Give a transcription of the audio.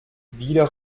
wieder